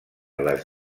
les